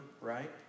right